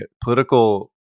political